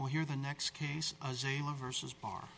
well here the next case versus bar